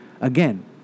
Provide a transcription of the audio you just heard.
again